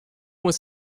was